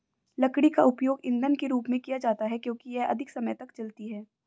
लकड़ी का उपयोग ईंधन के रूप में किया जाता है क्योंकि यह अधिक समय तक जलती है